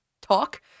talk